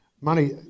Money